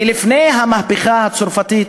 לפני המהפכה הצרפתית